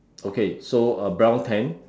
okay so a brown tent